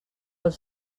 els